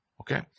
Okay